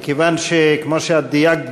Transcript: מכיוון שכמו שאת דייקת,